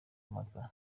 mpaka